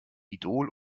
idol